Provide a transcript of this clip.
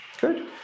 good